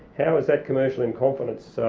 how is that commercial-in-confidence,